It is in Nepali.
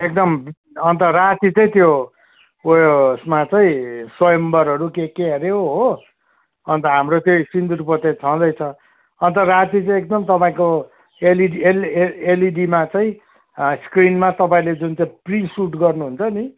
एकदम अन्त राति चाहिँ त्यो उयसमा चाहिँ स्वयंवरहरू के के अरे हो हो अन्त हाम्रो त्यही सिन्दुर पोते छँदैछ अन्त राति चाहिँ एकदम तपाईँको एलइडी एल एलइडीमा चाहिँ स्क्रिनमा तपाईँले जुन चाहिँ प्रि सुट गर्नुहुन्छ नि